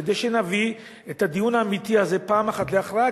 כדי שנביא את הדיון האמיתי הזה פעם אחת להכרעה,